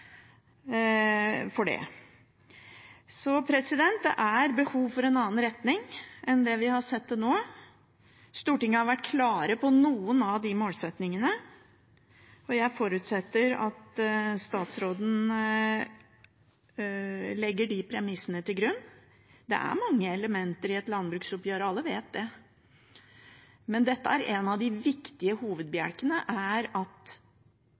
Det er behov for en annen retning enn det vi har sett til nå. Stortinget har vært klare på noen av de målsettingene, og jeg forutsetter at statsråden legger de premissene til grunn. Det er mange elementer i et landbruksoppgjør, alle vet det, men en av de viktige hovedbjelkene er at